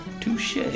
Touche